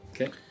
Okay